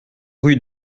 rue